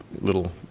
little